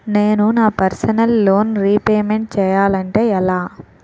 నేను నా personal loan repayment చేయాలంటే ఎలా?